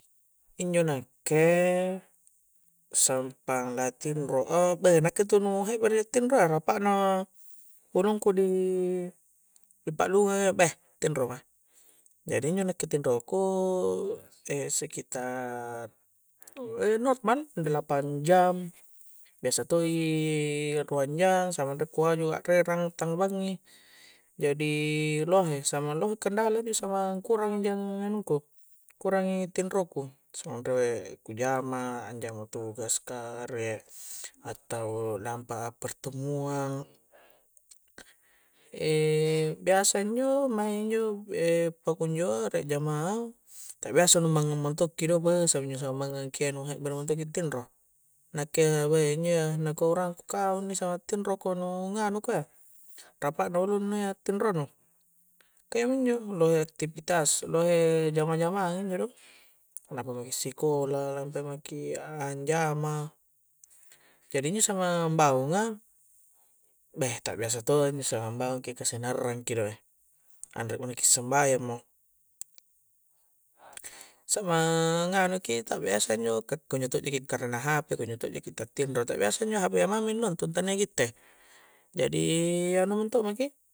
Injo nakke sampang la tinro a beh nakke intu nu hebbere ja tinroa, rapa'na ulungku di di paklungang a iya beh tinro ma jari injo nakke tinro ku sekitar normal delapa jam biasa to' i ruang jang samang riek ku haju akrerang tangnga bangngi jadi lohe, samang lohe kendala injo samang kurang i jang anungku kurangi tinro ku, samang riek ku jama anjama tugas ka riek atau lampa a peretemuang biasa injo maing injo pakunjoa riek jamang tapi biasa nu mangngang metokki do beh mangngang ki iya nu hekbere mento'ki tinro nakke iya beh injoa nakua urangku kau inni samang tinro ko nu nganu ko iya rapa' na ulungnu iya tiro nu ka iyaminjo lohe aktivitas, lohe jamang-jamang injo do lampa maki sikola lampa maki anjama jadi injo samang ambaunga beh ta biasa to' a injo samang mbaungki ka sinarrang ki do e anre mo na ki sembayang mo samang nganu ki ta biasa injo ka kunjo to' jaki karena hp kunjo to' jaki ta tinro, ta' biasa injo hp a mami nontong tania gitte jadi anu mento' maki